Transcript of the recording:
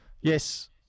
Yes